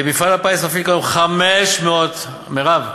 מפעל הפיס מפעיל כיום 500, מרב,